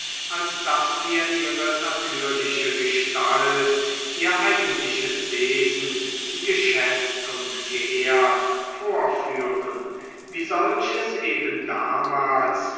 als daß wir ihre natürliche gestalt ihr eigentliches wesen geschätzt und geehrt vorführen wie solches eben damals